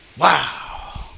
Wow